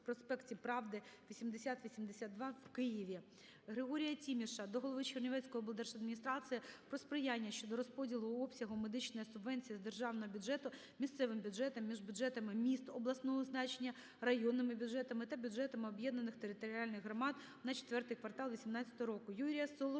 проспекті Правди, 80-82 у місті Києві. ГригоріяТіміша до голови Чернівецької облдержадміністрації про сприяння щодо розподілу обсягу медичної субвенції з державного бюджету місцевим бюджетам між бюджетами міст обласного значення, районними бюджетами та бюджетами об'єднаних територіальних громад на IV квартал 18-го року.